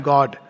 God